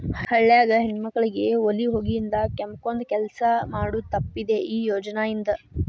ಹಳ್ಯಾಗ ಹೆಣ್ಮಕ್ಕಳಿಗೆ ಒಲಿ ಹೊಗಿಯಿಂದ ಕೆಮ್ಮಕೊಂದ ಕೆಲಸ ಮಾಡುದ ತಪ್ಪಿದೆ ಈ ಯೋಜನಾ ಇಂದ